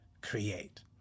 create